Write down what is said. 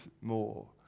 more